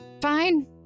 Fine